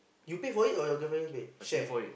you pay for it or your girlfriend pay share ah